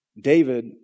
David